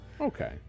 okay